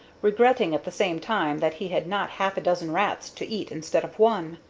regretting at the same time that he had not half a dozen rats to eat instead of one.